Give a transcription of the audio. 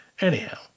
Anyhow